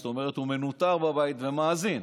זאת אומרת, הוא מנוטר בבית ומאזין.